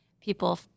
People